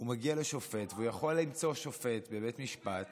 הוא מגיע לשופט, והוא יכול להיות שופט בבית המשפט